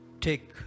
take